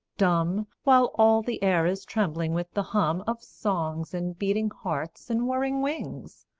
dumb, while all the air is trembling with the hum of songs and beating hearts and whirring wings,